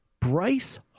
Bryce